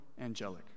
angelic